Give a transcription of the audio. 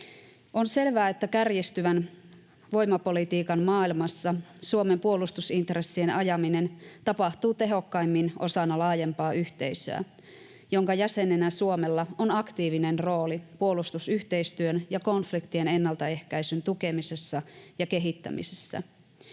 On selvää, että kärjistyvän voimapolitiikan maailmassa Suomen puolustusintressien ajaminen tapahtuu tehokkaimmin osana laajempaa yhteisöä, jonka jäsenenä Suomella on aktiivinen rooli puolustusyhteistyön ja konfliktien ennaltaehkäisyn tukemisessa ja kehittämisessä.